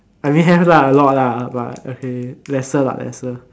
I mean have lah a lot lah but okay lesser lah lesser